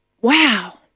wow